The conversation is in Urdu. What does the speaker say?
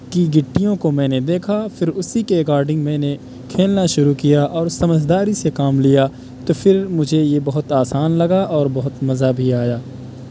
کی گٹیوں کو میں نے دیکھا پھر اسی کے ایکارڈنگ میں نے کھیلنا شروع کیا اور سمجھ داری سے کام لیا تو پھر مجھے یہ بہت آسان لگا اور بہت مزہ بھی آیا